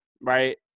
right